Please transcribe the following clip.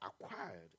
acquired